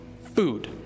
Food